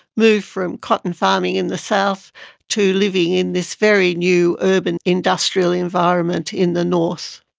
moved from cotton farming in the south to living in this very new urban industrial environment in the north.